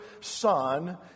Son